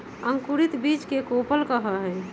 अंकुरित बीज के कोपल कहा हई